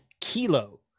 kilo